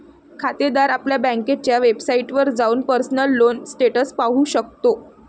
खातेदार आपल्या बँकेच्या वेबसाइटवर जाऊन पर्सनल लोन स्टेटस पाहू शकतो